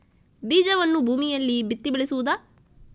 ಬೀಜವನ್ನು ಭೂಮಿಯಲ್ಲಿ ಬಿತ್ತಿ ಬೆಳೆಸುವುದಾ?